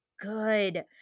good